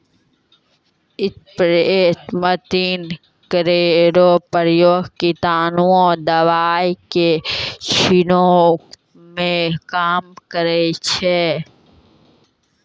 spray machine केरो प्रयोग कीटनाशक दवाई क छिड़कावै म काम करै छै